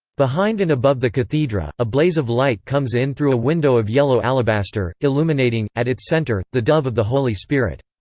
behind and above the cathedra, a blaze of light comes in through a window of yellow alabaster, illuminating, at its center, the dove of the holy spirit.